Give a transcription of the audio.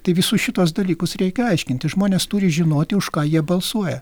tai visus šituos dalykus reikia aiškinti žmonės turi žinoti už ką jie balsuoja